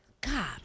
God